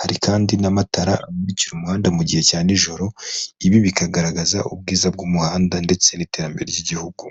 hari kandi n'amatara amurikira umuhanda mu gihe cya n'ijoro, ibi bikagaragaza ubwiza bw'umuhanda ndetse n'iterambere ry'igihugu.